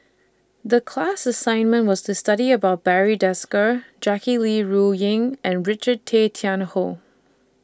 The class assignment was to study about Barry Desker Jackie Yi Ru Ying and Richard Tay Tian Hoe